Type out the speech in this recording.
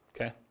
okay